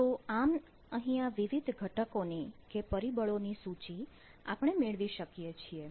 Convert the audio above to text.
તો આમ અહીં આ વિવિધ ઘટકો ની કે પરિબળો ની સૂચિ આપણે મેળવી શકીએ છીએ